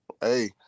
Hey